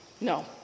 No